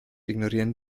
ignorieren